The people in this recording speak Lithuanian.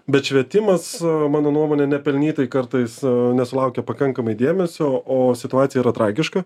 bet švietimas mano nuomone nepelnytai kartais nesulaukia pakankamai dėmesio o situacija yra tragiška